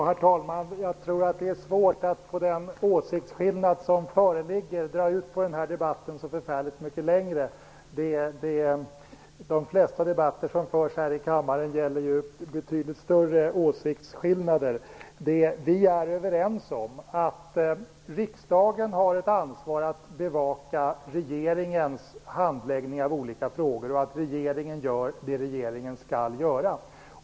Herr talman! Jag tror att det är svårt att dra ut på den här debatten så förfärligt mycket längre med den åsiktsskillnad som föreligger. De flesta debatter som förs här i kammaren gäller ju betydligt större åsiktsskillnader. Vi är överens om att riksdagen har ett ansvar att bevaka regeringens handläggning av olika frågor och att regeringen gör det regeringen skall göra.